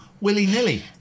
willy-nilly